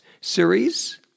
series